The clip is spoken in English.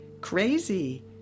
Crazy